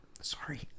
sorry